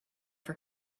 for